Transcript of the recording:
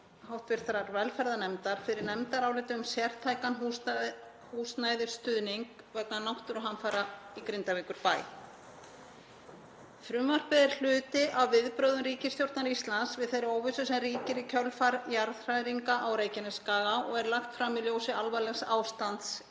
hv. velferðarnefndar fyrir nefndaráliti um sértækan húsnæðisstuðning vegna náttúruhamfara í Grindavíkurbæ. Frumvarpið er hluti af viðbrögðum ríkisstjórnar Íslands við þeirri óvissu sem ríkir í kjölfar jarðhræringa á Reykjanesskaga og er lagt fram í ljósi alvarlegs ástands